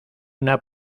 una